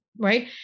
Right